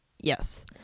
Yes